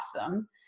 awesome